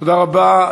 תודה רבה.